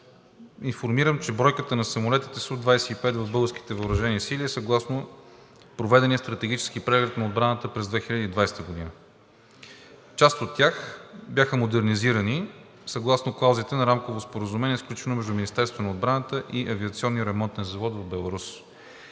информирам, че бройката на самолетите Су-25 в българските въоръжени сили е съгласно проведения стратегически преглед на отбраната през 2020 г. Част от тях бяха модернизирани съгласно клаузите на Рамково споразумение, сключено между Министерството на отбраната и Авиационния ремонтен завод в Беларус.